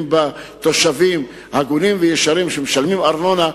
בה תושבים הגונים וישרים שמשלמים ארנונה,